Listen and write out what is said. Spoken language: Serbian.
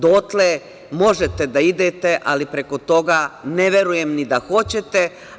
Dotle možete da idete, ali preko toga ne verujem ni da hoćete.